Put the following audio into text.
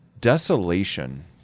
desolation